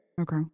Okay